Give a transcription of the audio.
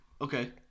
Okay